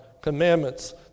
commandments